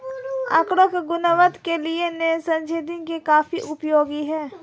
आकड़ों की गुणवत्ता के लिए सांख्यिकी काफी उपयोगी है